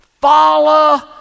Follow